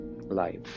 life